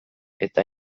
eta